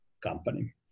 company